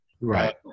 Right